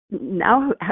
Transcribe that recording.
Now